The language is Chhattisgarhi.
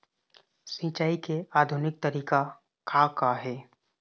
सिचाई के आधुनिक तरीका का का हे?